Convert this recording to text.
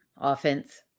Offense